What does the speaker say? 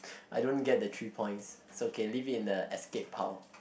I don't get the three points it's okay leave it in the escape pile